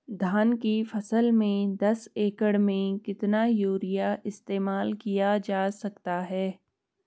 धान की फसल में दस एकड़ में कितना यूरिया इस्तेमाल किया जा सकता है?